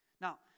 Now